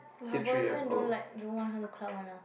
her boyfriend don't like don't want her to club one ah